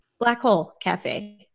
Blackholecafe